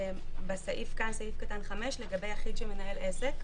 כשבסעיף קטן (5) פה לגבי יחיד המנהל עסק,